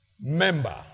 member